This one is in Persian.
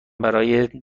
برای